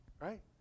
Right